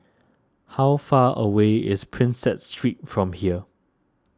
how far away is Prinsep Street from here